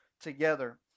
together